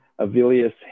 Avilius